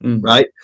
Right